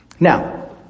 Now